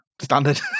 Standard